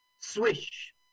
Swish